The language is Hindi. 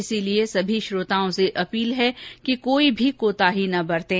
इसलिए सभी श्रोताओं से अपील है कि कोई भी कोताही न बरतें